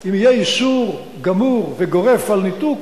אם יהיה איסור גמור וגורף על ניתוק,